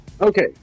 Okay